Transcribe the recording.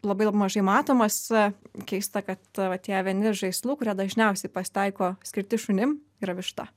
labai mažai matomas keista kad va tie vieni žaislų kurie dažniausiai pasitaiko skirti šunim yra višta